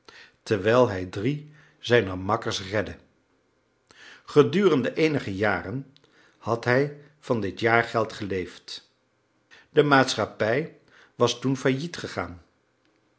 terwijl hij drie zijner makkers redde gedurende eenige jaren had hij van dit jaargeld geleefd de maatschappij was toen failliet gegaan